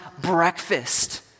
breakfast